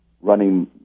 running